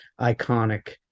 iconic